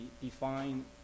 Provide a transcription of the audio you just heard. define